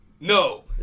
no